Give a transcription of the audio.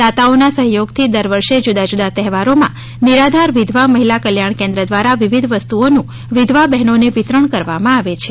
દાતાઓના સહયોગથી દર વર્ષે જુદા જુદા તહેવારોમાં નિરાધાર વિધવા મહિલા કલ્યાણ કેન્દ્ર દ્વારા વિવિધ વસ્તુઓનુંવિધવા બહેનોને વિતરણ કરવામાં આવે છે